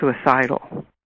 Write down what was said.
suicidal